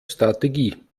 strategie